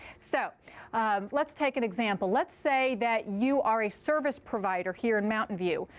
so let's take an example. let's say that you are a service provider here in mountain view.